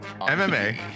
MMA